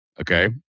Okay